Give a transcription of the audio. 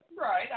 Right